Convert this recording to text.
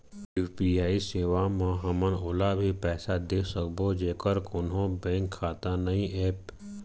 UPI सेवा म हमन ओला भी पैसा दे सकबो जेकर कोन्हो बैंक खाता नई ऐप?